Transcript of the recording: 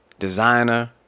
designer